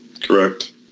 Correct